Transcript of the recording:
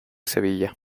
sevilla